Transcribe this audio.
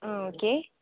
ஆ okay